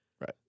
Right